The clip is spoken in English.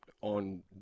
on